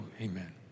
Amen